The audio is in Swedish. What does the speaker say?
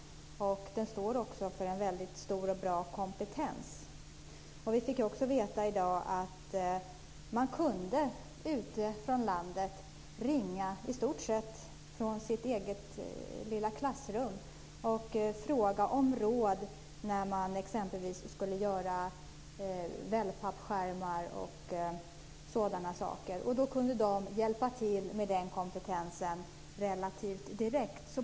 Den står också för en hög kompetens. Vi fick också veta i dag att man ute från landet kunde ringa från i stort sett vilket litet klassrum som helst och fråga om råd när man skulle göra t.ex. wellpappskärmar och sådana saker. Då kunde Riksutställningar direkt hjälpa till med den kompetensen.